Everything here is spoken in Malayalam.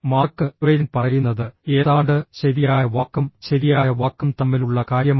മാർക്ക് ട്വെയ്ൻ പറയുന്നത് ഏതാണ്ട് ശരിയായ വാക്കും ശരിയായ വാക്കും തമ്മിലുള്ള കാര്യമാണ്